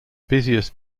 busiest